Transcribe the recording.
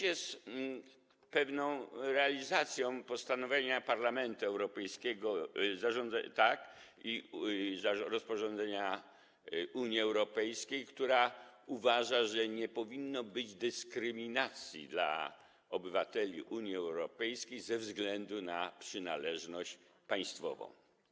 Jest też pewną realizacją postanowienia Parlamentu Europejskiego i rozporządzenia Unii Europejskiej, która uważa, że nie powinno być dyskryminacji obywateli Unii Europejskiej ze względu na przynależność państwową.